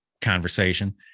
conversation